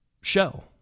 show